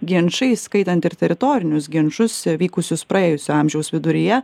ginčai įskaitant ir teritorinius ginčus vykusius praėjusio amžiaus viduryje